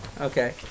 okay